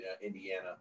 Indiana